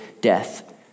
death